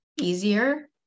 easier